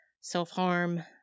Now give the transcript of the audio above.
self-harm